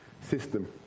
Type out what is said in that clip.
system